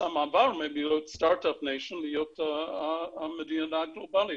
המעבר מלהיות סטרטאפ ניישן להיות מדינה גלובלית.